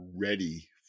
ready